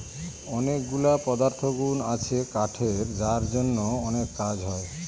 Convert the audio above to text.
অনেকগুলা পদার্থগুন আছে কাঠের যার জন্য অনেক কাজ হয়